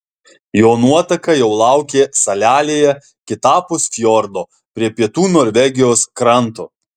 jo nuotaka jau laukė salelėje kitapus fjordo prie pietų norvegijos kranto